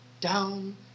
down